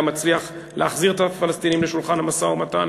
מצליח להחזיר את הפלסטינים לשולחן המשא-ומתן.